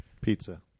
Pizza